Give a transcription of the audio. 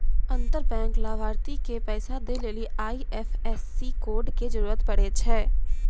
अंतर बैंक लाभार्थी के पैसा दै लेली आई.एफ.एस.सी कोड के जरूरत पड़ै छै